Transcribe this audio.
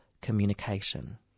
communication